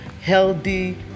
healthy